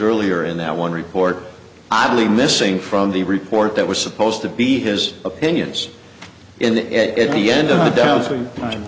earlier in that one report oddly missing from the report that was supposed to be his opinions it at the end of the